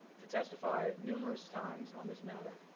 to testify numerous times on this matter.